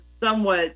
Somewhat